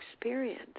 experience